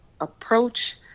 approach